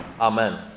Amen